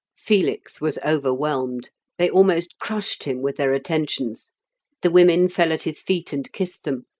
felix was overwhelmed they almost crushed him with their attentions the women fell at his feet and kissed them.